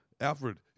Alfred